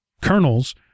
kernels